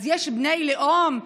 אז יש בני לאום,